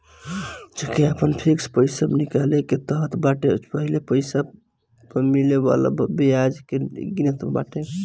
जेके आपन फिक्स पईसा निकाले के रहत बाटे उ पहिले पईसा पअ मिले वाला बियाज के गिनत बाटे